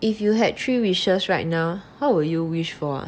if you had three wishes right now what would you wish for ah